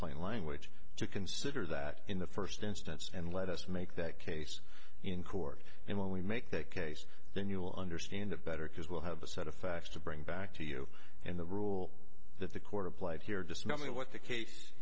plain language to consider that in the first instance and let us make that case in court and when we make that case then you will understand it better because we'll have a set of facts to bring back to you and the rule that the court applied here dismissing what the case